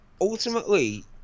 ultimately